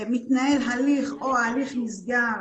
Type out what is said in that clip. מתנהל הליך או ההליך נסגר